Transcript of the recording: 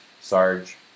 Sarge